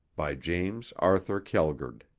by james arthur kjelgaard